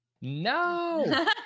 no